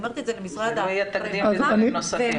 שלא יהיו תקדימים נוספים.